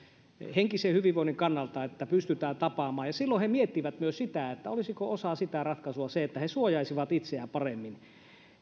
henkisen hyvinvoinnin kannalta että pystytään tapaamaan ja silloin he miettivät myös sitä olisiko osa sitä ratkaisua se että he suojaisivat itseään paremmin